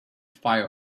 fire